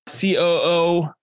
COO